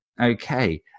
okay